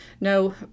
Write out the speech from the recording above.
no